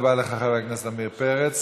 תודה רבה לך, חבר הכנסת עמיר פרץ.